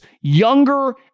younger